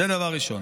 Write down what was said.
תודה רבה,